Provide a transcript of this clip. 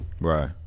right